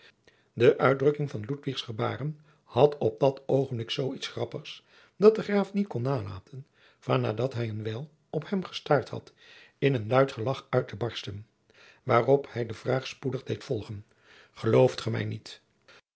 de uitdrukking van ludwigs gebaren had op dat oogenblik zoo iets grappigs dat de graaf niet kon nalaten van nadat hij een wijl op hem jacob van lennep de pleegzoon gestaard had in een luid gelagch uit te bersten waarop hij de vraag spoedig deed volgen gelooft ge mij niet